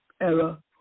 era